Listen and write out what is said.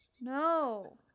No